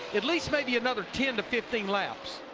at least maybe another ten to fifteen laps.